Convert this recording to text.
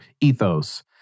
ethos